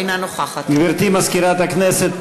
אינה נוכחת גברתי מזכירת הכנסת,